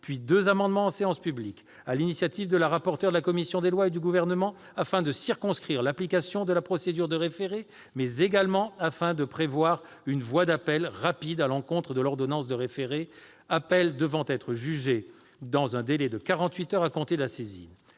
puis deux amendements, en séance publique, sur l'initiative de la rapporteur de la commission des lois et du Gouvernement, afin de circonscrire l'application de la procédure de référé, mais également de prévoir une voie d'appel rapide à l'encontre de l'ordonnance de référé, appel devant être jugé dans un délai de quarante-huit heures à compter de la saisine.